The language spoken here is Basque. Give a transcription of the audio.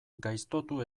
gaiztotu